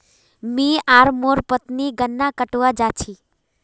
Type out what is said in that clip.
मी आर मोर पत्नी गन्ना कटवा जा छी